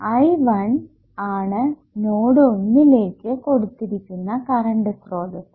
I1 ആണ് node ഒന്നിലേക്ക് കൊടുത്തിരിക്കുന്ന കറണ്ട് സ്രോതസ്സ്